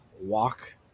walk